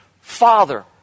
father